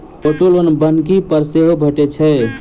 auto loan बन्हकी पर सेहो भेटैत छै